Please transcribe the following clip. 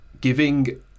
giving